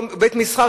אותו בית-מסחר,